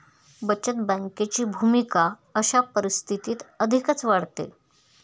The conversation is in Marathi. बचत बँकेची भूमिका अशा परिस्थितीत अधिकच वाढते